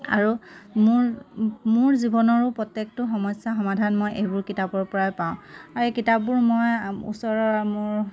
আৰু মোৰ মোৰ জীৱনৰো প্ৰত্যেকটো সমস্যা সমাধান মই এইবোৰ কিতাপৰ পৰাই পাওঁ আৰু এই কিতাপবোৰ মই ওচৰৰ মোৰ